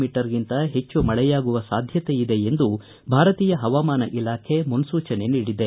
me ಗಿಂತ ಹೆಚ್ಚು ಮಳೆಯಾಗುವ ಸಾಧ್ಯತೆ ಇದೆ ಎಂದು ಭಾರತೀಯ ಪವಾಮಾನ ಇಲಾಖೆ ಮುನ್ನೂಚನೆ ನೀಡಿದೆ